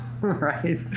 Right